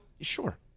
Sure